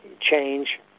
change